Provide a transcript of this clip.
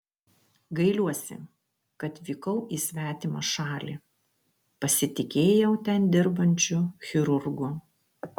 gailiuosi kad vykau į svetimą šalį pasitikėjau ten dirbančiu chirurgu